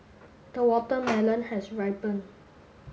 the watermelon has ripened